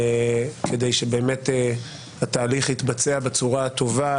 כדי שבאמת התהליך יתבצע בצורה הטובה,